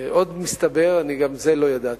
עוד מסתבר, גם את זה לא ידעתי,